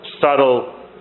subtle